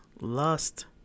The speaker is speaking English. lust